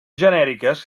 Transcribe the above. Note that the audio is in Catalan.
genèriques